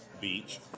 beach